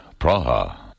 Praha